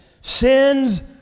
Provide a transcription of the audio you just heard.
Sin's